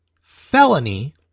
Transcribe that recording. felony